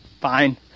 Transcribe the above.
fine